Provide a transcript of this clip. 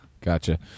gotcha